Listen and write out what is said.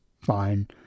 fine